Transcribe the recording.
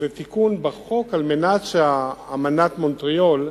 זה תיקון בחוק כדי שאמנת מונטריאול,